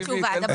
בדיוק.